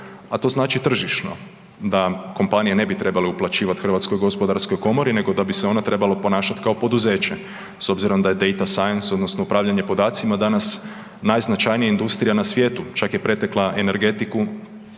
a to znači tržišno, da kompanije ne bi trebale uplaćivati HGK-u nego da bi se ona trebala ponašat kao poduzeće. S obzirom da je date science odnosno upravljanje podacima danas najznačajnija industrija na svijetu, čak je pretekla energetiku